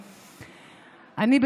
אני,